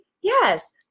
Yes